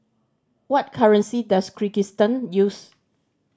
what currency does Kyrgyzstan use